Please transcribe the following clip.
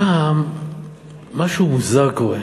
הפעם משהו מוזר קורה,